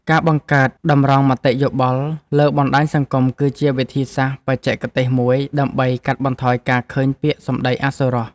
ការបង្កើត តម្រងមតិយោបល់ លើបណ្ដាញសង្គម គឺជាវិធីសាស្ត្របច្ចេកទេសមួយដើម្បីកាត់បន្ថយការឃើញពាក្យសម្ដីអសុរស។